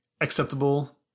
acceptable